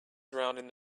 surrounding